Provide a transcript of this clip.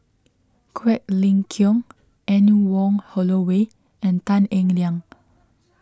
Quek Ling Kiong Anne Wong Holloway and Tan Eng Liang